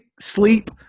sleep